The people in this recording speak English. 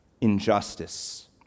injustice